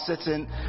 sitting